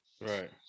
Right